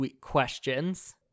questions